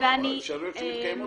את האפשרויות שמתקיימות